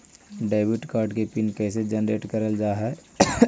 Debit card के pin कैसे generate करल जाहै?